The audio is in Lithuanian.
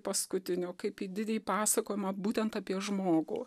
paskutinio kaip į didįjį pasakojimą būtent apie žmogų